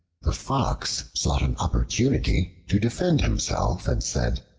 the fox sought an opportunity to defend himself and said,